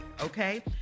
okay